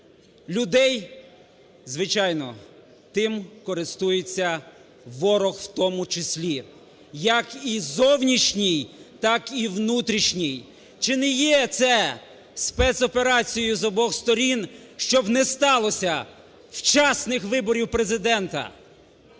людей? Звичайно, тим користується ворог в тому числі, як і зовнішній, так і внутрішній. Чи не є це спецоперацію з обох сторін, щоб не сталося вчасних виборів Президента?